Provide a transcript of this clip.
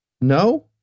No